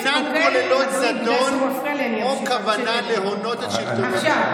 אינן כוללות זדון או כוונה להונות את שלטונות המס.